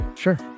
Sure